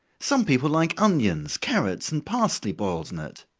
some people like onions, carrots, and parsely boiled in it.